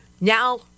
Now